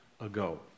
ago